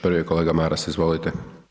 Prvi je kolega Maras, izvolite.